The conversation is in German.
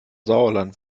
sauerland